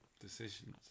Decisions